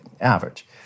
average